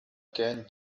can